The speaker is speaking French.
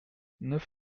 neuf